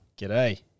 G'day